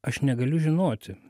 aš negaliu žinoti